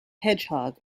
hedgehog